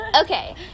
okay